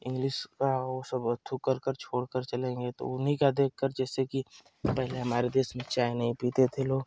English का वो सब अथू कर कर छोड़ कर चले गए तो वो उन्हीं का देख कर जैसे कि पहले हमारे देश में चाय नहीं पीते थे लोग